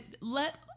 let